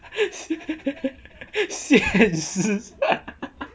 现实